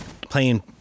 Playing